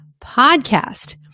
podcast